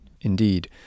Indeed